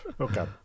okay